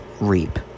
reap